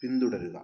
പിന്തുടരുക